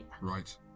Right